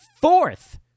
fourth